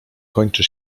kończy